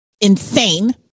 insane